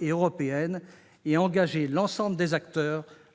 et européennes et engager l'ensemble des acteurs